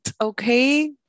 Okay